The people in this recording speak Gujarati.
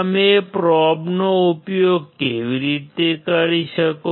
તમે પ્રોબનો ઉપયોગ કેવી રીતે કરી શકો